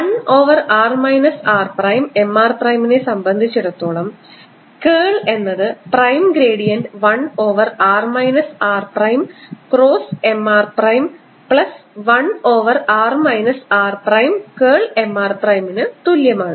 1 over r minus r prime M r പ്രൈമിനെ സംബന്ധിച്ചിടത്തോളം curl എന്നത് prime gradient 1 over r minus r prime cross M r പ്രൈം plus 1 over r minus r prime curl M r പ്രൈമിന് തുല്യമാണ്